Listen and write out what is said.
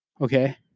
Okay